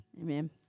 Amen